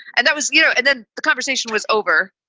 and that was, you know. and then the conversation was over.